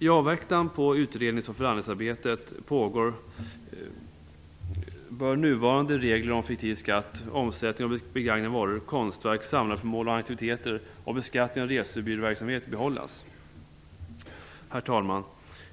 I avvaktan på att det pågående utrednings och förhandlingsarbetet blir klart bör nuvarande regler om fiktiv skatt, omsättning av begagnade varor, konstverk, samlarföremål och antikviteter samt beskattning av resebyråverksamhet behållas. Herr talman!